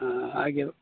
ಹಾಂ ಹಾಗೆ